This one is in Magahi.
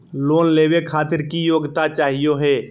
लोन लेवे खातीर की योग्यता चाहियो हे?